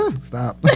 stop